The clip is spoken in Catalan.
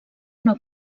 una